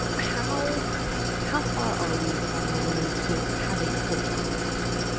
how how far are we on the road to having full transparency?